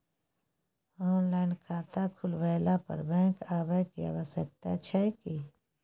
Online खाता खुलवैला पर बैंक आबै के आवश्यकता छै की?